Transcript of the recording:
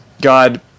God